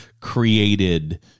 created